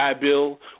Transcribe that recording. Bill